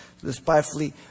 despitefully